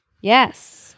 Yes